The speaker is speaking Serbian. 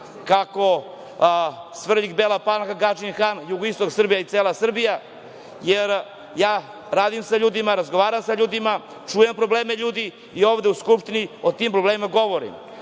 kako Svrljig, Bela Palanka, Gadžin Han, jugoistok Srbije i cela Srbija, jer radim sa ljudima, razgovaram sa ljudima, čujem probleme ljudi i ovde u Skupštini o tim problemima govorim. Nije